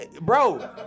Bro